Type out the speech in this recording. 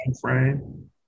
frame